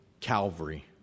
Calvary